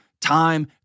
time